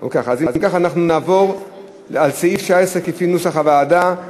אם כך, נעבור לסעיף 19 כנוסח הוועדה.